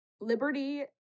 Liberty